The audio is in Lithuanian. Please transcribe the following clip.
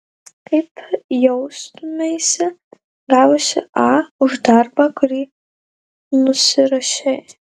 kaip jaustumeisi gavusi a už darbą kurį nusirašei